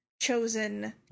chosen